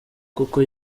koko